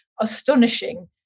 astonishing